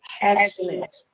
passionate